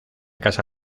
casa